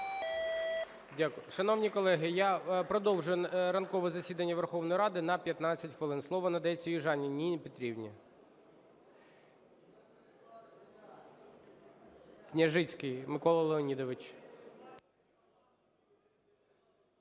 Дякую. Шановні колеги, я продовжую ранкове засідання Верховної Ради на 15 хвилин. Слово надається Южаніній Ніні Петрівні. Княжицький Микола Леонідович.